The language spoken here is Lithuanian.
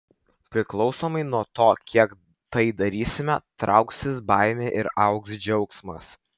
priklausomai nuo to kiek tai darysime trauksis baimė ir augs džiaugsmas